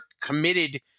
committed